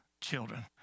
children